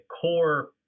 core